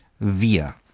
wir